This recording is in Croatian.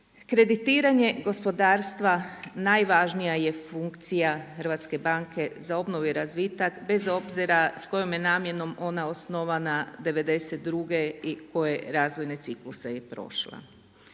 kreditiranje gospodarstva najvažnija je funkcija Hrvatske banke za obnovu i razvitak bez obzira s kojom je namjenom ona osnovana '92. i koje razvojne cikluse je prošla.